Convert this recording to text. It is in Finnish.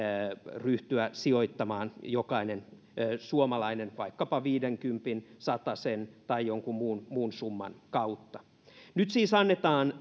ryhtyä sijoittamaan jokainen suomalainen vaikkapa viidenkympin satasen tai jonkun muun muun summan kautta nyt siis annetaan